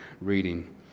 reading